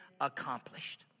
accomplished